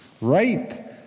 right